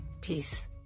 Peace